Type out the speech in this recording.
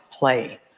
play